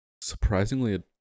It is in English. surprisingly